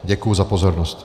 Děkuji za pozornost.